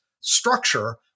structure